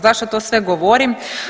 Zašto to sve govorim?